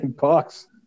bucks